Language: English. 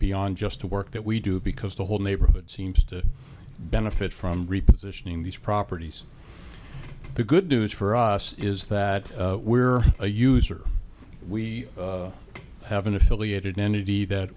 beyond just the work that we do because the whole neighborhood seems to benefit from repositioning these properties the good news for us is that we're a user we have an affiliated entity that